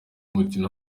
mukino